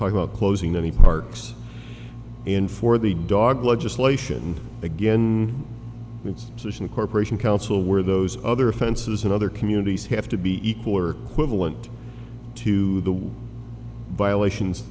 talking about closing any parks in for the dog legislation again it's solution a corporation council where those other offenses in other communities have to be equal or whether went to the violations